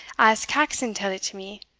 as caxon tell'd it to me.